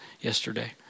yesterday